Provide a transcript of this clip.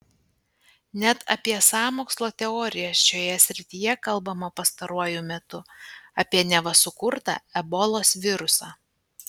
net apie sąmokslo teorijas šioje srityje kalbama pastaruoju metu apie neva sukurtą ebolos virusą